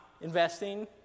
investing